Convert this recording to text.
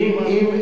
השר ישיב.